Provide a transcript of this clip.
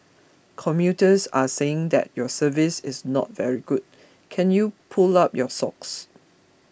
commuters are saying that your service is not very good can you pull up your socks